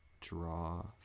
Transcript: draw